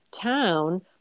town